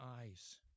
eyes